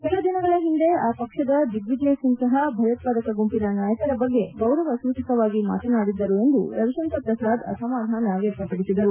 ಕೆಲ ದಿನಗಳ ಒಂದೆ ಆ ಪಕ್ಷದ ದಿಗ್ಡಿಜಯ ಸಿಂಗ್ ಸಹ ಭಯೋತ್ಪಾದಕ ಗುಂಪಿನ ನಾಯಕರ ಬಗ್ಗೆ ಗೌರವ ಸೂಚಕವಾಗಿ ಮಾತನಾಡಿದ್ದರು ಎಂದು ರವಿಶಂಕರ್ ಪ್ರಸಾದ್ ಅಸಮಾಧಾನ ವ್ವಕ್ತಪಡಿಸಿದರು